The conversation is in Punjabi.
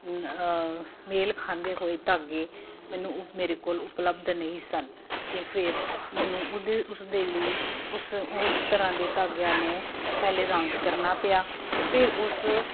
ਮੇਲ ਖਾਂਦੇ ਹੋਏ ਧਾਗੇ ਮੈਨੂੰ ਮੇਰੇ ਕੋਲ ਉਪਲਬਧ ਨਹੀਂ ਸਨ ਅਤੇ ਫਿਰ ਮੈਨੂੰ ਉਹਦੇ ਉਸਦੇ ਲਈ ਉਸ ਉਸ ਤਰ੍ਹਾਂ ਦੇ ਧਾਗਿਆਂ ਨੂੰ ਪਹਿਲੇ ਰੰਗ ਕਰਨਾ ਪਿਆ ਫਿਰ ਉਸ